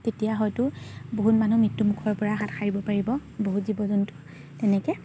তেতিয়া হয়তো বহুত মানুহ মৃত্যুমুখৰপৰা হাত সাৰিব পাৰিব বহুত জীৱ জন্তু তেনেকৈ